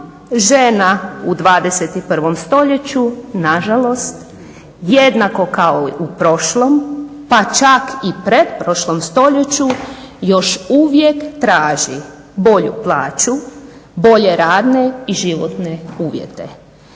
žena u 21. Stoljeću nažalost, jednako kao u prošlom, pa čak i pretprošlom stoljeću još uvijek traži: bolju plaću, bolje radne i životne uvijete.